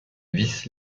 vice